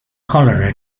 cholera